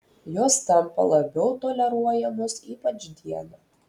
jos tampa labiau toleruojamos ypač dieną